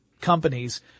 companies